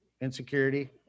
insecurity